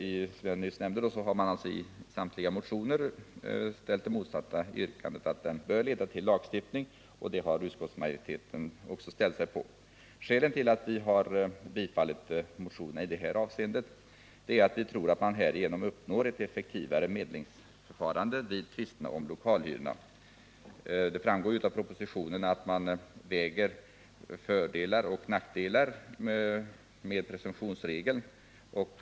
Som jag nyss anförde har alltså i samtliga motioner ställts det motsatta yrkandet, att utredningsförslaget om presumtionsregel bör leda till lagstiftning. Det har utskottsmajoriteten också ställt sig bakom. Skälen till att vi tillstyrkt motionerna i detta avseende är att vi tror att man härigenom uppnår ett effektivare medlingsförfarande vid tvist om lokalhyra. Det framgår av propositionen att man mot varandra vägt fördelar och nackdelar med presumtionsregeln.